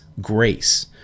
grace